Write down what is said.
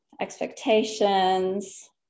expectations